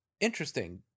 Interesting